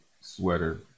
sweater